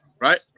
right